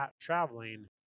traveling